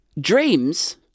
Dreams